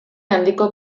handiko